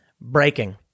breaking